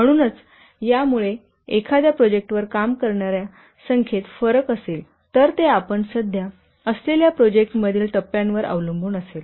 म्हणूनच यामुळे एखाद्या प्रोजेक्टवर काम करणार्यांच्या संख्येत फरक असेल तर ते आपण सध्या असलेल्या प्रोजेक्टतील टप्प्यावर अवलंबून असेल